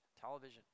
television